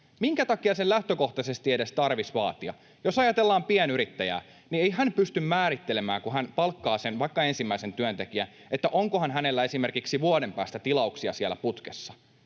Minkä takia sen lähtökohtaisesti edes tarvitsisi vaatia? Jos ajatellaan pienyrittäjää, niin ei hän pysty määrittelemään, kun hän palkkaa vaikka sen ensimmäisen työntekijän, että onkohan hänellä esimerkiksi vuoden päästä tilauksia putkessa.